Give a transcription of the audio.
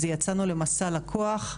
יצאנו למסע לקוח.